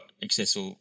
excessive